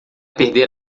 perder